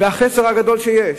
והחסר הגדול שיש.